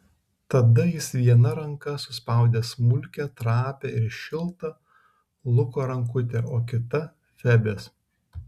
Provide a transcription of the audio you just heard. tada jis viena ranka suspaudė smulkią trapią ir šiltą luko rankutę o kita febės